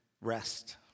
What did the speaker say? rest